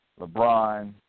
LeBron